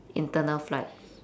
internal flight